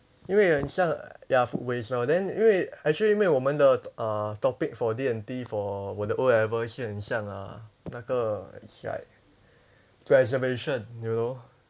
因为很像 ya food waste lor then 因为 actually 没有我们的 uh topic for D&T for 我的 O-level 是很像 uh 那个 it's like preservation you know